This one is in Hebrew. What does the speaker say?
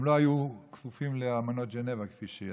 הם לא היו כפופים לאמנות ז'נבה, כפי שידוע,